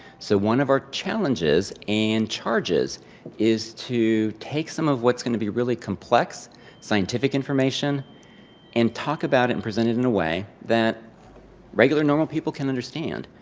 so, one of our challenges and charges is to take some of what's going to be really complex scientific information and talk about it and present it in way that regular, normal people can understand.